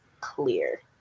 clear